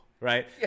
right